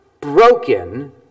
broken